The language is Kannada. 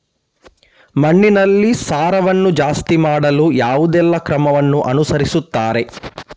ಮಣ್ಣಿನಲ್ಲಿ ಸಾರವನ್ನು ಜಾಸ್ತಿ ಮಾಡಲು ಯಾವುದೆಲ್ಲ ಕ್ರಮವನ್ನು ಅನುಸರಿಸುತ್ತಾರೆ